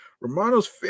Romano's